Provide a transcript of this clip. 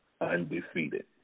undefeated